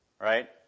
right